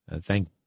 Thank